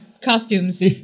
costumes